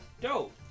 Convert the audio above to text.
Dope